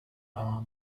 are